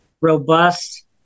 robust